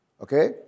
okay